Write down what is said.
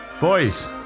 Boys